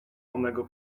onego